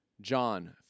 John